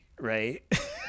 Right